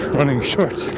running shorts.